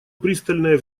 пристальное